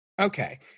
okay